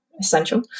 essential